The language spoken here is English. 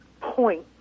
point